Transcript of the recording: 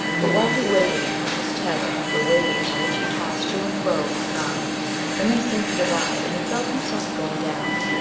but while he waited in helpless terror the waves on which he tossed to and fro grew calm then they seemed to divide, and he felt himself going down,